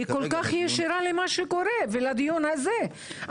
היא כל כך ישירה למה שקורה ולדיון הזה,